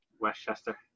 Westchester